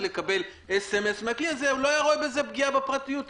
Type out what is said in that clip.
לקבל SMS מהכלי הזה הוא לא היה רואה בזה פגיעה בפרטיות.